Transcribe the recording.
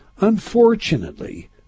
Unfortunately